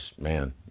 man